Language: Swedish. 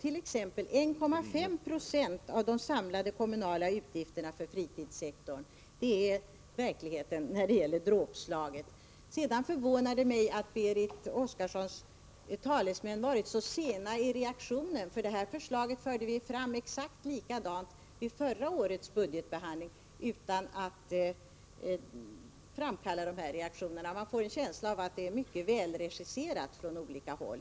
1,5 20 av de samlade kommunala utgifterna för fritidssektorn är verkligheten när det gäller dråpslaget. Det förvånar mig att Berit Oscarssons sagesmän varit så sena i reaktionen. Det här förslaget förde vi fram exakt likadant vid förra årets budgetbehandling utan att det framkallade de här reaktionerna. Man får en känsla av att det är fråga om mycket välregisserade reaktioner från olika håll.